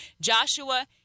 joshua